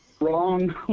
wrong